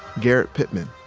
garrett pittman,